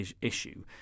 issue